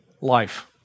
life